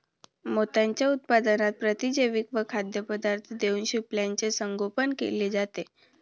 मोत्यांच्या उत्पादनात प्रतिजैविके व खाद्यपदार्थ देऊन शिंपल्याचे संगोपन केले जाते